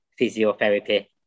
physiotherapy